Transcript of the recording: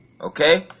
Okay